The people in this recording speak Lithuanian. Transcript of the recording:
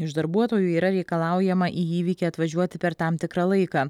iš darbuotojų yra reikalaujama į įvykį atvažiuoti per tam tikrą laiką